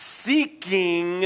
seeking